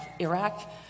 Iraq